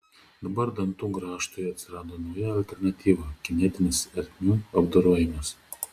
dabar dantų grąžtui atsirado nauja alternatyva kinetinis ertmių apdorojimas